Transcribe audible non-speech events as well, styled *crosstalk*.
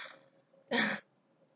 *laughs*